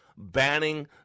banning